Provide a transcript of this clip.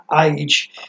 age